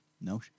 No